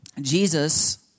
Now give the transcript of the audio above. Jesus